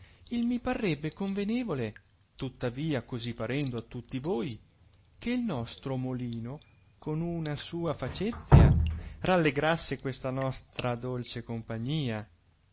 mi parrebbe convenevole tuttavia così parendo a tutti voi che nostro molino con una sua facezia rallegrasse questa nostra dolce compagnia